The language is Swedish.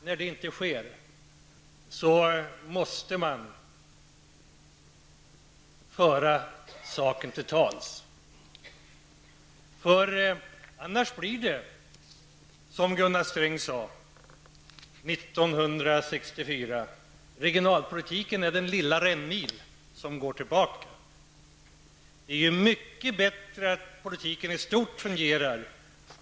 När detta inte sker måste man självfallet föra saken på tal. Annars blir det som Gunnar Sträng sade 1964: Regionalpolitiken är den lilla rännil som går tillbaka. Det är mycket bättre att politiken i stort fungerar.